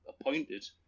appointed